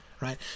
right